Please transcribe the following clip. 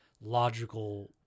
logical